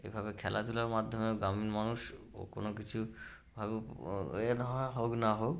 এভাবে খেলাধূলার মাধ্যমে গ্রামীণ মানুষ ও কোনো কিছু ভাবে এ না হয় হোক না হোক